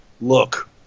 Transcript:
look